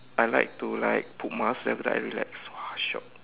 I like to like put mask then after that I relax !wah! shiok